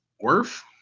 worth